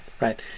right